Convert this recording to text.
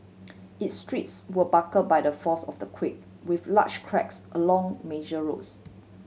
its streets were buckle by the force of the quake with large cracks along major roads